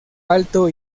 alto